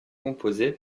composée